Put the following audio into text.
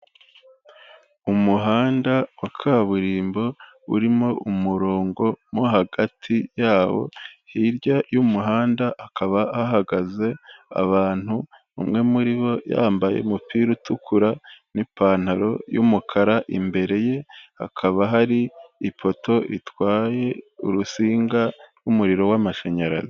Umuhanda wa kaburimbo urimo umurongo mo hagati yawo, hirya y'umuhanda hakaba hagaze abantu, umwe muri bo yambaye umupira utukura, n'ipantaro y'umukara, imbere ye hakaba hari ipoto ritwaye urutsinga rw'umuriro w'amashanyarazi.